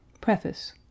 Preface